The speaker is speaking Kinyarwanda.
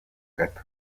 gato